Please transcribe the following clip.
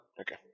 Okay